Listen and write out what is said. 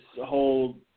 whole